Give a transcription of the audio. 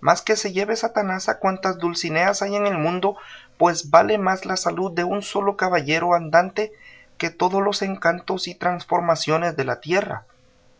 mas que se lleve satanás a cuantas dulcineas hay en el mundo pues vale más la salud de un solo caballero andante que todos los encantos y transformaciones de la tierra